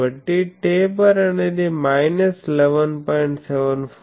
కాబట్టి టేపర్ అనేది మైనస్ 11